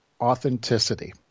authenticity